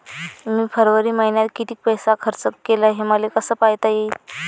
मी फरवरी मईन्यात कितीक पैसा खर्च केला, हे मले कसे पायता येईल?